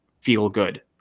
feel-good